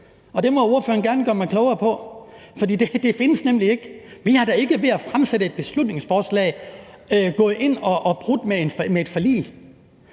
det må ordføreren gerne gøre mig klogere på. For det findes nemlig ikke. Vi er da ikke ved at fremsætte et beslutningsforslag gået ind og har brudt med et forlig.